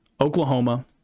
Oklahoma